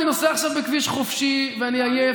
אני נוסע עכשיו בכביש חופשי ואני עייף,